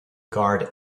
guard